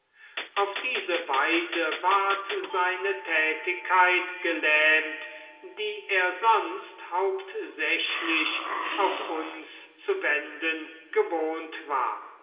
auf diese weise ward seine tätigkeit gelähmt die er sonst hauptsächlich auf uns zu wenden gewohnt war